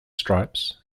stripes